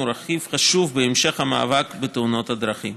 רכיב חשוב בהמשך המאבק בתאונות הדרכים.